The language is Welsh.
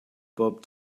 bob